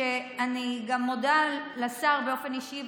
שאני מודה לשר באופן אישי,